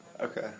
Okay